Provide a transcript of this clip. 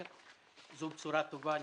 זו בשורה טובה לנצרת.